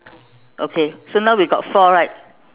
okay so now we got four right